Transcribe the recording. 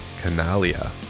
Canalia